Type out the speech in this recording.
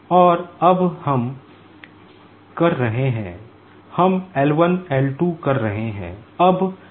और अब हम कर रहे हैं हम L 1 L 2 कर रहे हैं